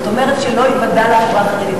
זאת אומרת שלא ייוודע לחברה החרדית,